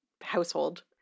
household